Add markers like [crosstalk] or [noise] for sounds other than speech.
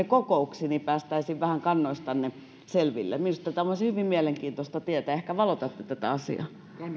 [unintelligible] kokouksiin että päästäisiin vähän kannoistanne selville minusta se olisi hyvin mielenkiintoista tietää ehkä valotatte tätä asiaa